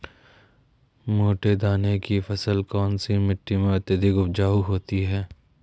मोटे दाने की फसल कौन सी मिट्टी में अत्यधिक उपजाऊ होती है?